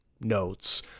notes